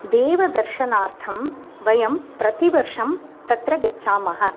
देवदर्शनार्थं वयं प्रतिवर्षं तत्र गच्छामः